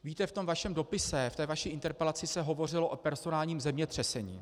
Víte, v tom vašem dopise, v té vaší interpelaci se hovořilo o personálním zemětřesení.